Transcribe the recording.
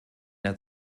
der